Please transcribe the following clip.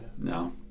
No